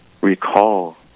recall